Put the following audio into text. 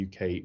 UK